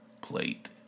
plate